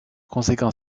conséquent